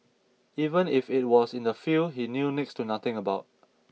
even if it was in a field he knew next to nothing about